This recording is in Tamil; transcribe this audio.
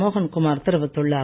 மோகன்குமார் தெரிவித்துள்ளார்